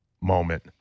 moment